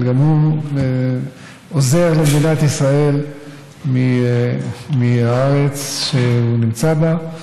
אבל גם הוא עוזר למדינת ישראל מהארץ שהוא נמצא בה.